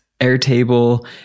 Airtable